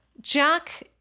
jack